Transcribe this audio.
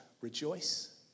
rejoice